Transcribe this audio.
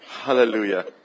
Hallelujah